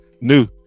New